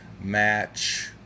match